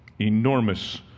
Enormous